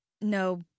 no